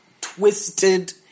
twisted